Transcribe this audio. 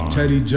Teddy